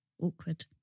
Awkward